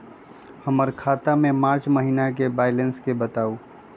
हमर खाता के मार्च महीने के बैलेंस के बताऊ?